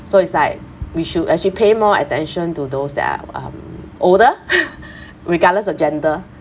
so it's like we should actually pay more attention to those that are um older regardless of gender